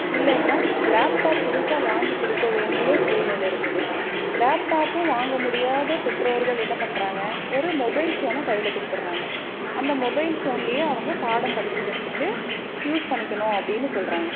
இல்லைன்னா லேப்டாப் புதுசாக வாங்கி கொடுக்க வேண்டிய சூழ்நிலை இருந்தது லேப்டாப்பும் வாங்க முடியாத பெற்றோர்கள் என்ன பண்றாங்க ஒரு மொபைல் ஃபோனை கையில் கொடுத்துட்றாங்க அந்த மொபைல் ஃபோன்லேயே அவங்க பாடம் படித்துக்கிறதுக்கு யூஸ் பண்ணிக்கணும் அப்படின்னு சொல்கிறாங்க